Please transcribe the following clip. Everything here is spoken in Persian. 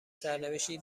سرنوشتی